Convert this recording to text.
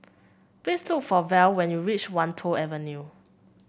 please look for Val when you reach Wan Tho Avenue